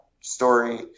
story